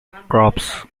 crops